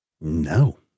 No